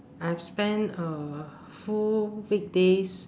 I've spent uh full weekdays